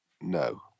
No